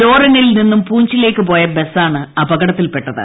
ലോറനിൽ നിന്നും പ്പൂർച്ചിലേക്ക് പോയ ബസാണ് അപകടത്തിൽപ്പെട്ടത്